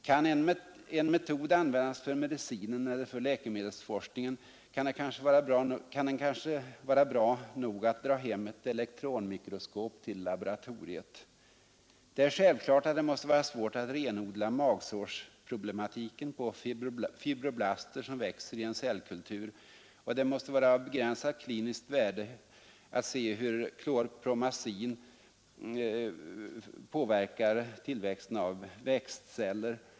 Kan en metod användas för medicinen eller för läkemedelsforskningen kan den kanske vara bra nog att dra hem ett elektronmikroskop till laboratoriet! Det är självklart att det måste vara svårt att renodla magsårsproblematiken på fibroblaster som växer i cellkultur och att det måste vara av begränsat kliniskt värde hur klorpromazin enligt prov på växtceller påverkar deras tillväxt.